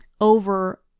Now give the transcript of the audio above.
Over